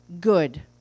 good